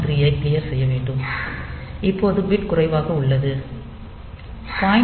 3 ஐ க்ளியர் செய்ய வேண்டும் இப்போது பிட் குறைவாக உள்ளது 0